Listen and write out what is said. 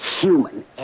human